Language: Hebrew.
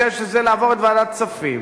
שזה לעבור את ועדת הכספים,